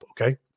okay